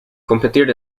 competir